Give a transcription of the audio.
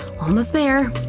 almost there.